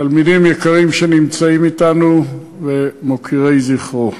תלמידים יקרים שנמצאים אתנו ומוקירי זכרו,